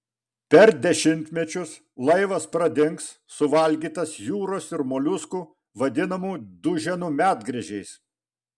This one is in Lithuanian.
per dešimtmečius laivas pradings suvalgytas jūros ir moliuskų vadinamų duženų medgręžiais